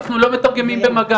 אנחנו לא מוכנים לתרגם במגע.